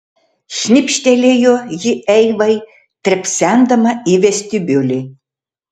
šnipštelėjo ji eivai trepsendama į vestibiulį